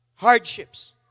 Hardships